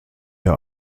der